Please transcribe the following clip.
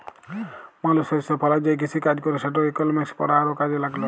মালুস শস্য ফলায় যে কিসিকাজ ক্যরে সেটর ইকলমিক্স পড়া আরও কাজে ল্যাগল